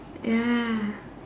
ya